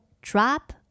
drop